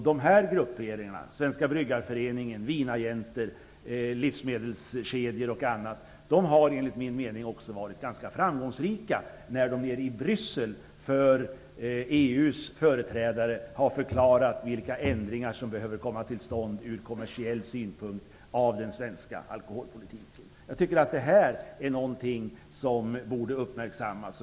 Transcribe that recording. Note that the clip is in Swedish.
De grupperna, dvs. Svenska bryggarföreningen, vinagenter, livsmedelskedjor etc., har enligt min mening varit ganska framgångsrika när de för EU:s företrädare har förklarat vilka ändringar av den svenska alkoholpolitiken som behöver komma till stånd ur kommersiell synpunkt. Jag tycker att det är något som borde uppmärksammas.